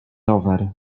rower